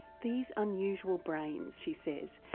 these unusual brains, she says,